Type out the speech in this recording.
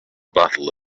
battle